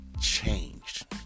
changed